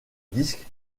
disque